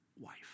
wife